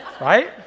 Right